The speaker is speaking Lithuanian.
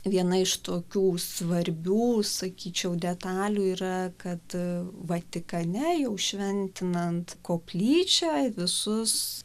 viena iš tokių svarbių sakyčiau detalių yra kad vatikane jau šventinant koplyčią visus